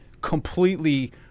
completely